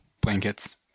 blankets